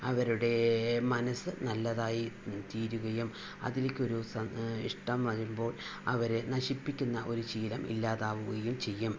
അവരുടെ മനസ്സ് നല്ലതായി തീരുകയും അതിലേക്ക് ഒരൂ സം ഇഷ്ട്ടം വരുമ്പോൾ അവരെ നശിപ്പിക്കുന്ന ഒരു ശീലം ഇല്ലാതാവുകയും ചെയ്യും